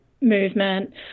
movement